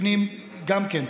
פנים גם כן.